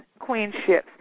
queenships